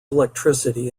electricity